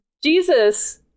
Jesus